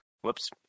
Whoops